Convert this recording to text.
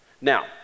Now